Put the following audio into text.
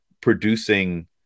producing